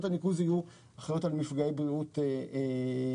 הניקוז יהיו אחראיות על מפגעי בריאות בשטחה.